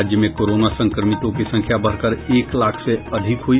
राज्य में कोरोना संक्रमितों की संख्या बढ़कर एक लाख से अधिक हुई